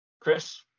Chris